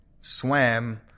swam